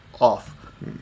off